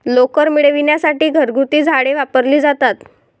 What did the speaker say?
लोकर मिळविण्यासाठी घरगुती झाडे वापरली जातात